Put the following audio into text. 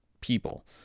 people